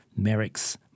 Merricks